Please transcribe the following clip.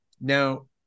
Now